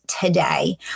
today